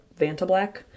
Vantablack